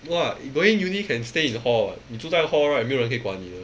!wah! going uni can stay in hall what 你住在 hall right 没有人可以管你的